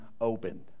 opened